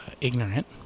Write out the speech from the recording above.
ignorant